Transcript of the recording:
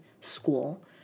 school